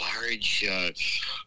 large